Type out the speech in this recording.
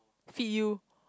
feel